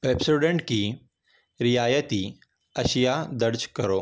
Pepsodent کی رعایتی اشیا درج کرو